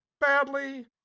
badly